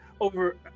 Over